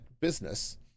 business